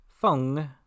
Fung